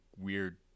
weird